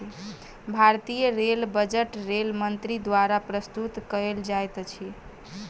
भारतीय rail budget rail मंत्री द्वारा प्रस्तुत कयल जाइत अछि